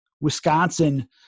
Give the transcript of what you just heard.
Wisconsin